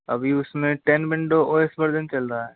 अभी उसमें ten window O X version चल रहा है